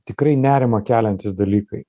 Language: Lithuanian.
tikrai nerimą keliantys dalykai